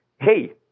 hey